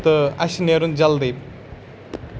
تہٕ اَسہِ چھُ نیرُن جلدی